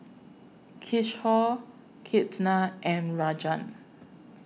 Kishore Ketna and Rajan